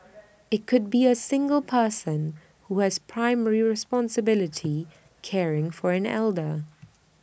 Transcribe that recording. IT could be A single person who has primary responsibility caring for an elder